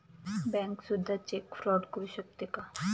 Bank सुद्धा cheque fraud करू शकते का?